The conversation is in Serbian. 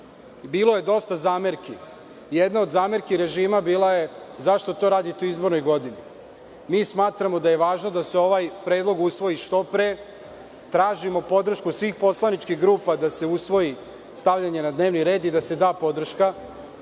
je dosta zamerki. Jedna od zamerki režima bila je – zašto to radite u izbornoj godini? Smatramo da je važno da se ovaj predlog usvoji što pre. Tražimo podršku svih poslaničkih grupa da se usvoji stavljanje na dnevni red i da se da podrška.